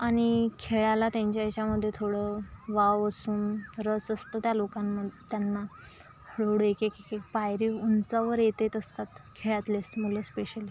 आणि खेळायला त्यांच्या ह्याच्यामध्ये थोडं वाव असून रस असतो त्या लोकाम त्यांना पुढे एकेक एकेक पायरी उंचावर येत येत असतात खेळातलीच मुलं स्पेशली